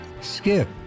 Skip